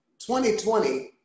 2020